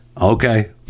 Okay